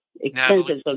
expensive